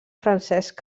francesc